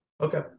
Okay